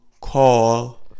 call